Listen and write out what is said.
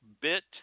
bit